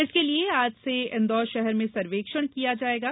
इसके लिए आज से इंदौर शहर में सर्वेक्षण किया जा रहा है